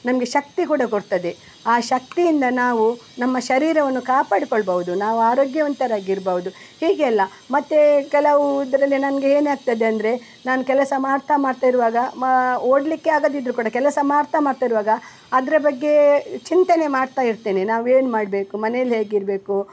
ನಮಗೆ ಶಕ್ತಿ ಕೂಡ ಕೊಡ್ತದೆ ಆ ಶಕ್ತಿಯಿಂದ ನಾವು ನಮ್ಮ ಶರೀರವನ್ನು ಕಾಪಾಡಿಕೊಳ್ಬೌದು ನಾವು ಆರೋಗ್ಯವಂತರಾಗಿರ್ಬೌದು ಹೀಗೆ ಅಲ್ಲ ಮತ್ತೆ ಕೆಲವು ಇದ್ರಲ್ಲಿ ನನಗೆ ಏನಾಗ್ತದೆ ಅಂದರೆ ನಾನು ಕೆಲಸ ಮಾಡ್ತಾ ಮಾಡ್ತಾ ಇರುವಾಗ ಮಾ ಓಡಲಿಕ್ಕೆ ಆಗದಿದ್ರೂ ಕೂಡ ಕೆಲಸ ಮಾಡ್ತಾ ಮಾಡ್ತಾ ಇರುವಾಗ ಅದರ ಬಗ್ಗೆ ಚಿಂತನೆ ಮಾಡ್ತಾ ಇರ್ತೇನೆ ನಾವು ಏನು ಮಾಡಬೇಕು ಮನೇಲ್ಲಿ ಹೇಗಿರಬೇಕು